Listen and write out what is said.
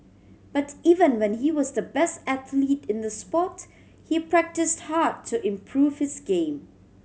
but even when he was the best athlete in the sport he practise hard to improve his game